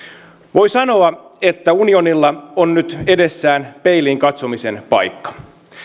voi sanoa että unionilla on nyt edessään peiliin katsomisen paikka